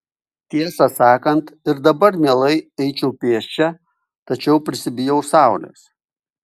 tiesą sakant ir dabar mielai eičiau pėsčia tačiau prisibijau saulės